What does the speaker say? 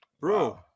Bro